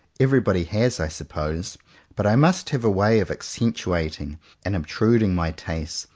everybody has, i suppose but i must have a way of accentuating and ob truding my tastes,